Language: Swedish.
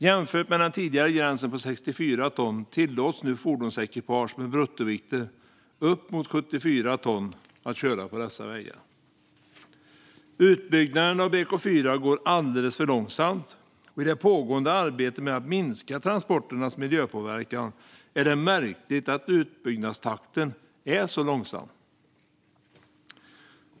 Jämfört med den tidigare gränsen på 64 ton tillåts nu fordonsekipage med bruttovikter upp mot 74 ton att köra på dessa vägar. Utbyggnaden av BK4 går alldeles för långsamt, och i det pågående arbetet med att minska transporternas miljöpåverkan är det märkligt att utbyggnadstakten är så långsam.